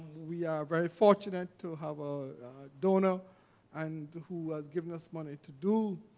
we are very fortunate to have a donor and who has given us money to do